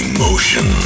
Emotion